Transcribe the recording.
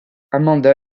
amanda